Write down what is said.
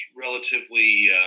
relatively